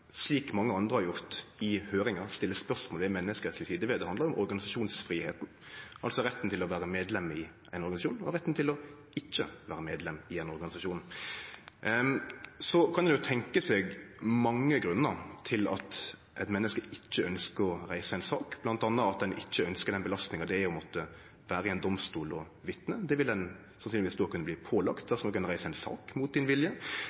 slik mange andre har gjort i høyringa, stiller spørsmål ved den menneskerettslege sida ved det, handlar jo om organisasjonsfridomen, altså retten til å vere medlem i ein organisasjon og retten til ikkje å vere medlem i ein organisasjon. Så kan ein tenkje seg mange grunnar til at eit menneske ikkje ønskjer å reise ei sak, bl.a. at ein ikkje ønskjer den belastinga det er å måtte vere i ein domstol og vitne. Det vil nokon sannsynlegvis kunne bli pålagd dersom det blir reist sak mot deira vilje.